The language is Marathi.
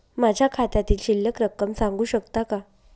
माझ्या खात्यातील शिल्लक रक्कम सांगू शकता का?